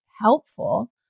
helpful